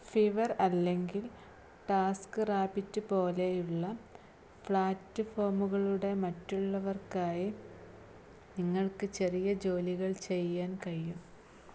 fever അല്ലെങ്കിൽ TaskRabbit പോലെയുള്ള ഫ്ലാറ്റ് ഫോമുകളുടെ മറ്റുള്ളവർക്കായി നിങ്ങൾക്ക് ചെറിയ ജോലികൾ ചെയ്യാൻ കഴിയും